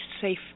safe